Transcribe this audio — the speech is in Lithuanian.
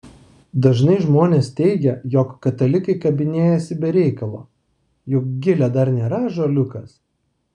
dažnai žmonės teigia jog katalikai kabinėjasi be reikalo juk gilė dar nėra ąžuoliukas